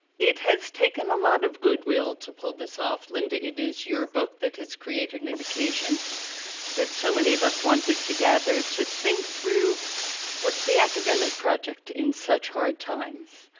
it has taken a lot of good will to pull this off. linda, it is your book that has created an and occasion that so many of us wanted to gather to think through what's the academic project in such hard times.